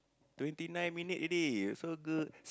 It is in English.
twenty nine minute already so the